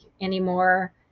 anymore